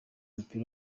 w’umupira